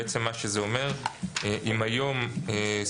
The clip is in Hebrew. בעצם מה שזה אומר - אם היום סמכות